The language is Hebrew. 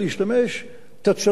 אתה תשלם פי-ארבעה בתעריף,